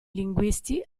linguisti